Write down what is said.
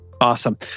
awesome